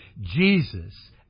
Jesus